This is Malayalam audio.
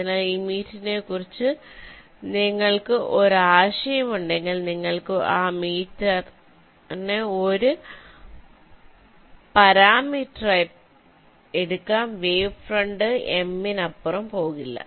അതിനാൽ ആ മീറ്റിനെക്കുറിച്ച് നിങ്ങൾക്ക് ഒരു ആശയമുണ്ടെങ്കിൽ നിങ്ങൾക്ക് ആ മീറ്ററിനെ ഒരു പാരാമീറ്ററായി എടുക്കാം വേവ് ഫ്രണ്ട് m നപ്പുറം പോകില്ല